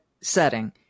setting